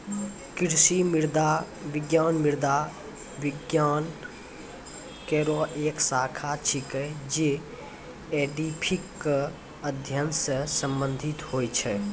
कृषि मृदा विज्ञान मृदा विज्ञान केरो एक शाखा छिकै, जे एडेफिक क अध्ययन सें संबंधित होय छै